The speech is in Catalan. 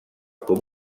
com